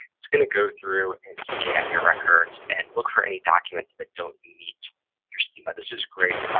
it's going to go through and scan your records and look for any documents that don't meet your schema. this is great.